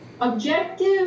Objective